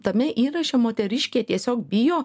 tame įraše moteriškė tiesiog bijo